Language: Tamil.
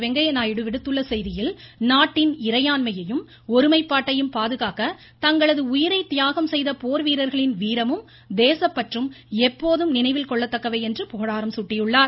வெங்கையா நாயுடு விடுத்துள்ள செய்தியில் நாட்டின் இறையாண்மையும் ஒருமைப்பாட்டையும் பாதுகாக்க தங்களது உயிரை தியாகம் செய்த போர்வீரர்களின் வீரமும் தேசப்பற்றும் எப்போதும் நினைவில் கொள்ளத்தக்கவை என்று புகழாரம் சூட்டியுள்ளார்